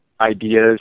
ideas